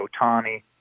Otani –